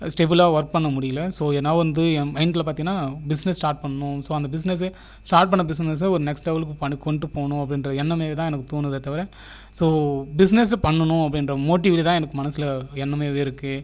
ஸ்டெபிலாக work பண்ண முடியலை so என்னால் வந்து மைண்ட்டில் பார்த்தீங்கன்னா பிஸ்னஸ் ஸ்டார்ட் பண்ணணும் ஸோ அந்த பிஸ்னஸ்சு ஸ்டார்ட் பண்ண பிஸ்னஸ்சை ஒரு நெக்ஸ்ட் லெவலுக்கு கொண்டு போகணும் அப்படிங்ற எண்ணமே தான் எனக்கு தோணுதே தவிர ஸோ பிஸ்னஸ் பண்ணணும் அப்படிங்ற மோட்டிவ் தான் எனக்கு மனசில் எண்ணமாகவே இருக்குது